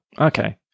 Okay